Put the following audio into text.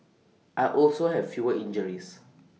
I also have fewer injuries